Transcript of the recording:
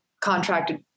contracted